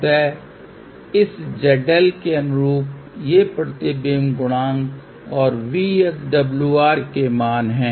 अतः इस ZL के अनुरूप ये प्रतिबिंब गुणांक और VSWR के मान हैं